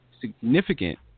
significant